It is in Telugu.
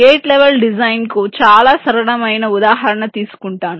గేట్ లెవెల్ డిజైన్ కు చాలా సరళమైన ఉదాహరణ తీసుకుంటాను